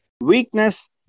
Weakness